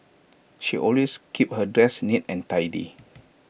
she always keeps her desk neat and tidy